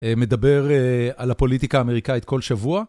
מדבר על הפוליטיקה האמריקאית כל שבוע.